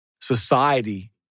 society